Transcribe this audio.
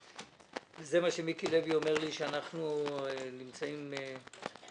זה מה שמיקי לוי אומר לי שאנחנו נמצאים בסוף?